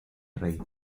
rey